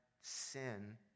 sin